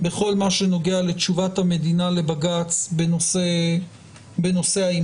בכל מה שנוגע לתשובת המדינה לבג"ץ בנושא האימוץ.